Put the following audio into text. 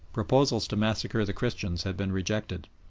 proposals to massacre the christians had been rejected.